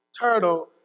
turtle